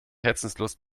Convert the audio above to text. herzenslust